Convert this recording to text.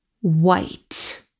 White